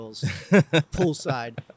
poolside